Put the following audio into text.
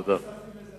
תודה.